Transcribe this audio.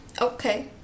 Okay